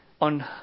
on